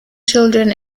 children